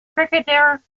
cricketer